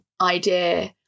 idea